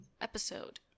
episode